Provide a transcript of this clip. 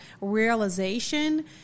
realization